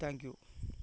thank you